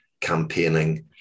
campaigning